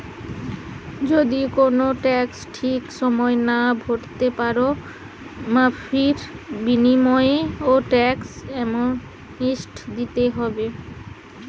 যদি কুনো ট্যাক্স ঠিক সময়ে না ভোরতে পারো, মাফীর বিনিময়ও ট্যাক্স অ্যামনেস্টি দিতে হয়